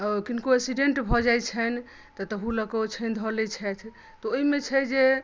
किनको एक्सीडेन्ट भऽ जाइत छनि तऽ तहू लऽ कऽ ओछानि धऽ लैत छथि तऽ ओहिमे छै जे